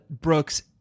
Brooks